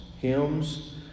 hymns